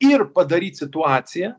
ir padaryt situaciją